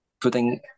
putting